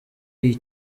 iyi